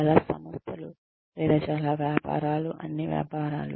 చాలా సంస్థలు లేదా చాలా వ్యాపారాలు అన్ని వ్యాపారాలు